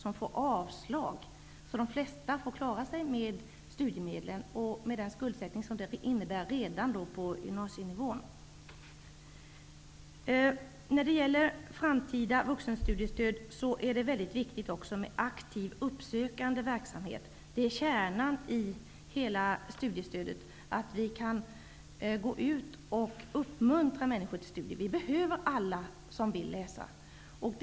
De flesta får således klara sig med studiemedlen och med den skuldsättning som det innebär redan på gymnasienivå. När det gäller framtida vuxenstudiestöd är det väldigt viktigt med aktiv uppsökande verksamhet. Kärnan i hela studiestödet är just att vi kan uppmuntra människor till studier. Alla som vill läsa behövs.